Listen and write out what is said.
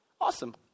Awesome